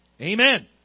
Amen